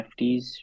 NFTs